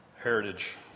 heritage